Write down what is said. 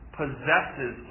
possesses